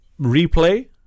replay